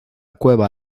cueva